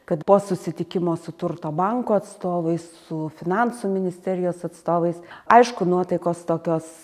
kad po susitikimo su turto banko atstovais su finansų ministerijos atstovais aišku nuotaikos tokios